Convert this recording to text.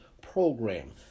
program